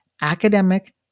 academic